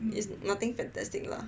it's nothing fantastic lah